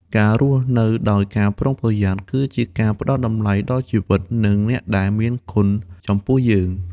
ការរស់នៅដោយការប្រុងប្រយ័ត្ន គឺជាការផ្ដល់តម្លៃដល់ជីវិត និងអ្នកដែលមានគុណចំពោះយើង។